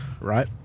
right